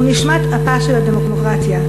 הוא נשמת אפה של הדמוקרטיה,